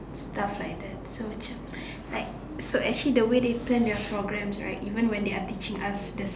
stuff like that so macam like so actually the way they turn their programs right even when they are teaching us the